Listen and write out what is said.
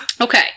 Okay